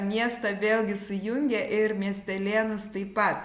miestą vėlgi sujungė ir miestelėnus taip pat